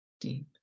deep